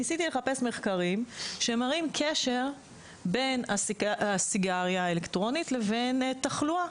ניסיתי לחפש מחקרים שמראים קשר בין הסיגריה האלקטרונית לבין תחלואה,